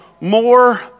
more